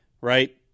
right